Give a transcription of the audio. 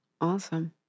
Awesome